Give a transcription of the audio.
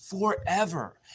forever